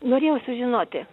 norėjau sužinoti